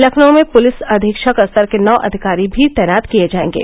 लखनऊ में पुलिस अधीक्षक स्तर के नौ अधिकारी भी तैनात किए जाएंगे